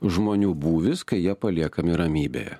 žmonių būvis kai jie paliekami ramybėje